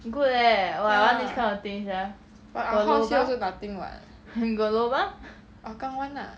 ya but our house here also nothing [what] hougang [one] lah